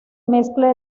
mezcla